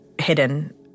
hidden